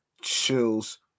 chills